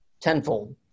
tenfold